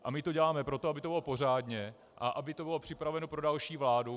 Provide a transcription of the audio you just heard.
A my to děláme proto, aby to bylo pořádně a aby to bylo připraveno pro další vládu.